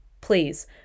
Please